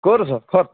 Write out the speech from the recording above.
ক'ত আছ ঘৰত